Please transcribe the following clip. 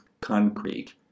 concrete